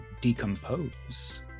Decompose